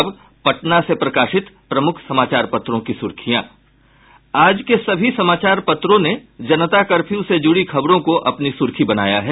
अब पटना से प्रकाशित प्रमुख समाचार पत्रों की सुर्खियां आज के सभी समाचार पत्रों ने जनता कर्फ्यू से जुड़ी खबरों को अपनी सुर्खी बनाया है